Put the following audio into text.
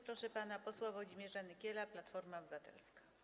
Proszę pana posła Włodzimierza Nykiela, Platforma Obywatelska.